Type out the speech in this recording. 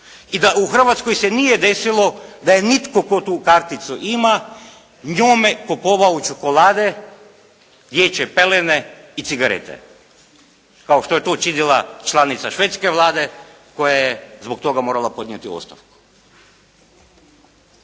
I da u Hrvatskoj se nije desilo da je nitko tko tu karticu ima njome kupovao čokolade, dječje pelene i cigarete kao što je to učinila članica švedske Vlade koja je zbog toga morala podnijeti ostavku.